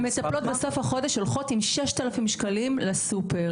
המטפלות בסוף החודש הולכות עם 6,000 שקלים לסופר.